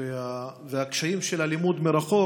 והקשיים של הלימוד מרחוק.